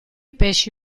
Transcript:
pesci